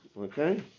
okay